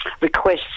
requests